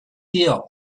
hill